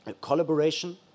Collaboration